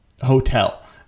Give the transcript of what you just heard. hotel